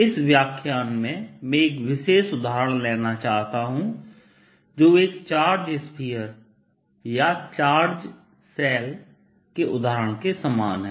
इस व्याख्यान में मैं एक विशेष उदाहरण लेना चाहता हूं जो एक चार्ज स्फीयर या चार्ज शेल के उदाहरण के समान है